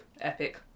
epic